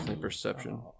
perception